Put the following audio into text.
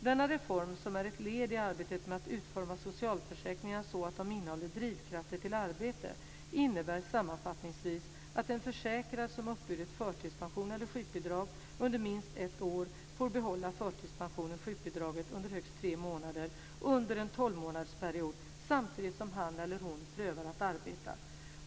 Denna reform, som är ett led i arbetet med att utforma socialförsäkringarna så att de innehåller drivkrafter till arbete, innebär sammanfattningsvis att en försäkrad som uppburit förtidspension eller sjukbidrag under minst ett år får behålla förtidspensionen respektive sjukbidraget under högst tre månader under en tolvmånadersperiod samtidigt som han eller hon prövar att arbeta.